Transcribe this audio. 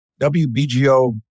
WBGO